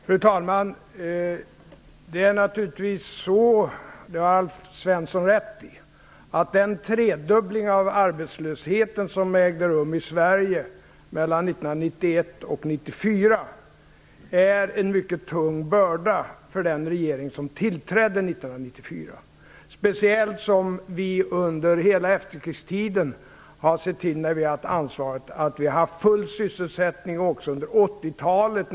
Fru talman! Alf Svensson har naturligtvis rätt i att den tredubbling av arbetslösheten som ägde rum i Sverige mellan 1991 och 1994 är en mycket tung börda för den regering som tillträdde 1994, speciellt som vi under hela efterkrigstiden under de perioder när vi har haft ansvaret har sett till att upprätthålla full sysselsättning. Det gällde också under 80-talet.